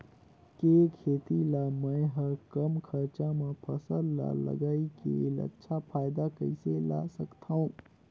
के खेती ला मै ह कम खरचा मा फसल ला लगई के अच्छा फायदा कइसे ला सकथव?